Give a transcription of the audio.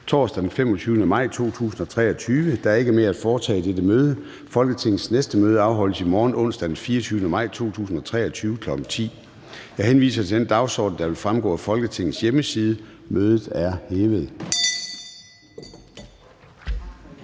Formanden (Søren Gade): Der er ikke mere at foretage i dette møde. Folketingets næste møde afholdes i morgen, onsdag den 24. maj 2023, kl. 10.00. Jeg henviser til den dagsorden, der vil fremgå af Folketingets hjemmeside. Mødet er hævet.